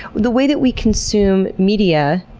the way that we consume media,